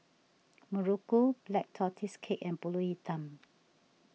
Muruku Black Tortoise Cake and Pulut Hitam